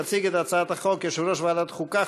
יציג את הצעת החוק יושב-ראש ועדת החוקה,